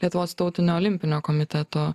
lietuvos tautinio olimpinio komiteto